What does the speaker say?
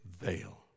veil